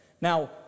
Now